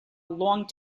long